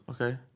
Okay